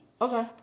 Okay